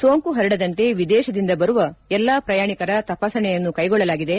ಸೋಂಕು ಪರಡದಂತೆ ವಿದೇಶದಿಂದ ಬರುವ ಎಲ್ಲಾ ಪ್ರಯಾಣಿಕರ ತಪಾಸಣೆಯನ್ನು ಕೈಗೊಳ್ಳಲಾಗಿದೆ